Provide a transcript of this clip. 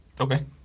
Okay